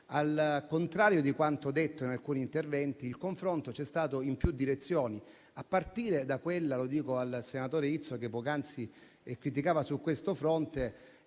al contrario di quanto detto in alcuni interventi, il confronto c'è stato in più direzioni, a partire - lo dico al senatore Irto, che poc'anzi esprimeva delle critiche su questo fronte